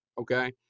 okay